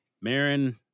Marin